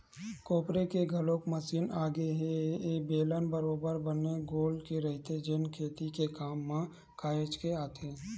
कोपरे के घलोक मसीन आगे ए ह बेलन बरोबर बने गोल के रहिथे जेन खेती के काम म काहेच के आथे